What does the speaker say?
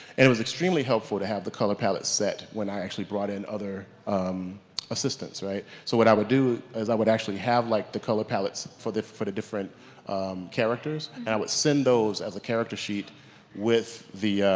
and it was extremely helpful to have the color palettes set when i actually brought in other um assistants right. so what i would do is i would actually have like the color palettes for the for the different characters and i would send those as a character sheet with the,